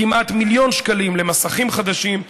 כמעט מיליון שקלים למסכים חדשים,